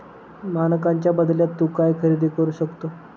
मानकांच्या बदल्यात तू काय खरेदी करू शकतो?